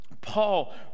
Paul